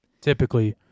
Typically